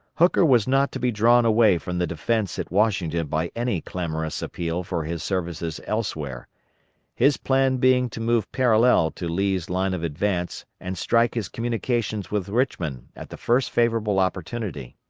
hooker was not to be drawn away from the defence at washington by any clamorous appeal for his services elsewhere his plan being to move parallel to lee's line of advance and strike his communications with richmond at the first favorable opportunity.